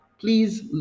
Please